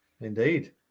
indeed